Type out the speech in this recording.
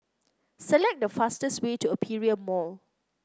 select the fastest way to Aperia Mall